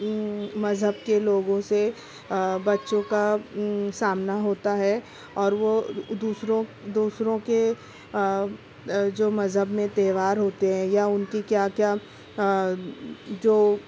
مذہب کے لوگوں سے بچوں کا سامنا ہوتا ہے اور وہ دوسروں دوسروں کے جو مذہب میں تہوار ہوتے ہیں یا اُن کی کیا کیا جو